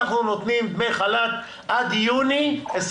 אנחנו נותנים דמי חל"ת עד יוני 21',